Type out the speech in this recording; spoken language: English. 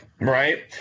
right